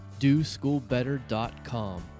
doschoolbetter.com